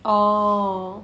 orh